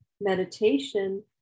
meditation